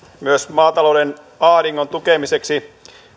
myös maatalouden ahdingon tukemiseksi